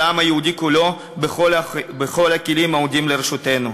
העם היהודי כולו בכל הכלים העומדים לרשותנו,